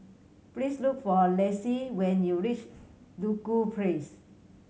please look for Lacie when you reach Duku Place